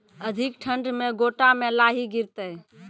अधिक ठंड मे गोटा मे लाही गिरते?